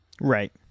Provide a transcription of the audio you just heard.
right